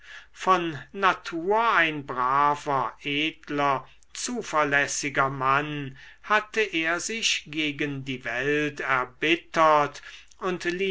von natur ein braver edler zuverlässiger mann hatte er sich gegen die welt erbittert und